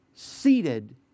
seated